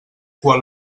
quan